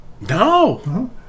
No